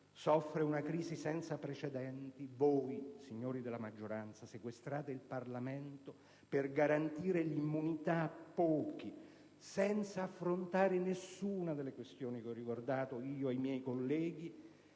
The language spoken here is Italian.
soffre una crisi senza precedenti, voi, signori della maggioranza, sequestrate il Parlamento per garantire l'immunità a pochi, senza affrontare nessuna delle questioni che ho ricordato. Per tale